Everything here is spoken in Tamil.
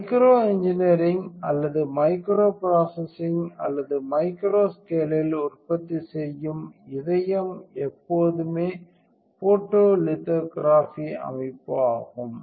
மைக்ரோ இன்ஜினியரிங் அல்லது மைக்ரோ பிராசசிங் அல்லது மைக்ரோ ஸ்கேலில் உற்பத்தி செய்யும் இதயம் எப்போதும் ஃபோட்டோலிதோகிராஃபி அமைப்பு ஆகும்